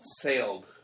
sailed